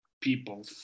people